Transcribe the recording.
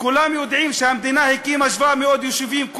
כולם יודעים שהמדינה הקימה 700 יישובים,